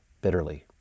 bitterly